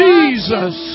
Jesus